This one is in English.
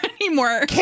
anymore